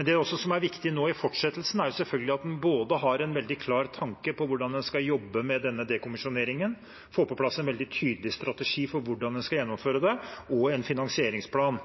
Det som er viktig nå i fortsettelsen, er selvfølgelig at en både har en veldig klar tanke om hvordan en skal jobbe med dekommisjoneringen, får på plass en veldig tydelig strategi for hvordan en skal gjennomføre den, og har en finansieringsplan.